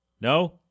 No